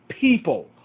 people